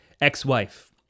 ex-wife